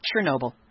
Chernobyl